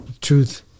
truth